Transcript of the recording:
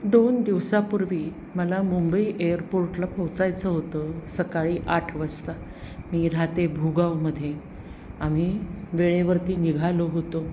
दोन दिवसांपूर्वी मला मुंबई एअरपोर्टला पोहोचायचं होतं सकाळी आठ वाजता मी राहते भूगावमध्ये आम्ही वेळेवरती निघालो होतो